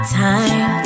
time